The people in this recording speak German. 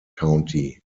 county